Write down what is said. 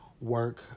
work